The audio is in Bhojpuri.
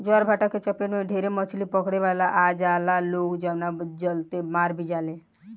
ज्वारभाटा के चपेट में ढेरे मछली पकड़े वाला आ जाला लोग जवना चलते मार भी जाले